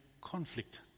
conflict